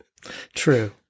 True